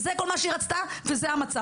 זה כל מה שהיא רצתה, וזה המצב.